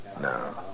No